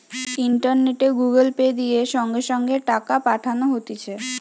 ইন্টারনেটে Google Pay, দিয়ে সঙ্গে সঙ্গে টাকা পাঠানো হতিছে